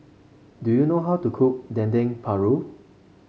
do you know how to cook Dendeng Paru